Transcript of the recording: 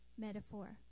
metaphor